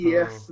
Yes